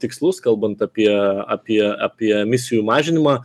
tikslus kalbant apie apie apie emisijų mažinimą